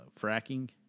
fracking